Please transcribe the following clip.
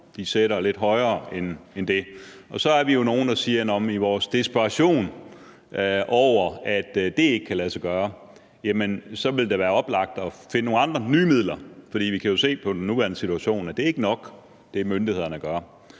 de sætter lidt højere end det. Og så er vi jo nogle, der siger, at i vores desperation over, at det ikke kan lade sig gøre, så vil det være oplagt at finde nogle andre og nye midler. For vi kan jo se på den nuværende situation, at det, myndighederne gør,